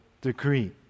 decree